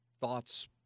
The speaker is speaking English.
thoughts